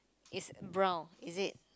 is brown is it